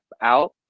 out